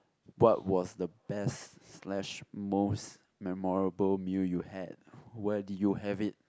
what was the best slash most memorable meal you had where do you have it